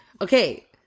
okay